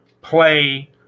play